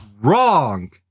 Wrong